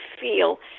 feel